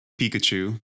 Pikachu